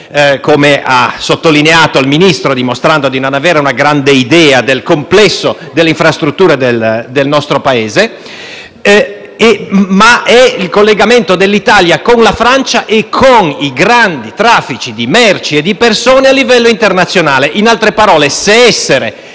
come ha sottolineato il Ministro, dimostrando di non avere una grande idea del complesso delle infrastrutture del nostro Paese: è il collegamento dell'Italia con la Francia e con i grandi traffici di merci e di persone a livello internazionale. In altre parole, si tratta